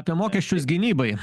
apie mokesčius gynybai